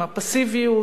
עם הפסיביות,